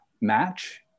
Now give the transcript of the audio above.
match